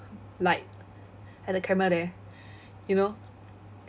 light at the camera there you know